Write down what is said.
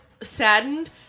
saddened